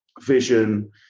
vision